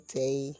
day